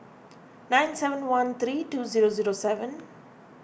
nine seven one three two zero zero seven